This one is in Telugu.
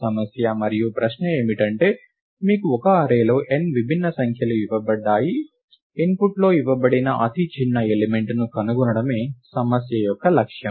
సమస్య మరియు ప్రశ్న ఏమిటంటే మీకు ఒక అర్రేలో n విభిన్న సంఖ్యలు ఇవ్వబడ్డాయి ఇన్పుట్లో ఇవ్వబడిన అతి చిన్న ఎలిమెంట్ ను కనుగొనడమే సమస్య యొక్క లక్ష్యం